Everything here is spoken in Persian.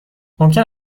ممکن